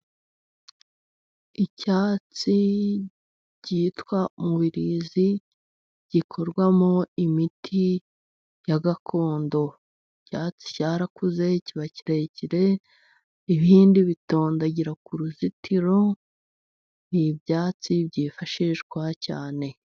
Icyatsi cyitwa umubirizi gikorwamo imiti ya gakondo, icyatsi cyarakuze kiba kirekire ibindi bitondagira ku ruzitiro, ni ibyatsi byifashishwa cyane.